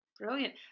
Brilliant